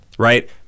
Right